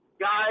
guys